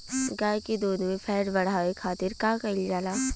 गाय के दूध में फैट बढ़ावे खातिर का कइल जाला?